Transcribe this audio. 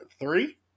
Three